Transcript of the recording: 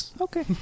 Okay